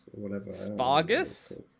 Spargus